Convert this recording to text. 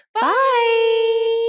Bye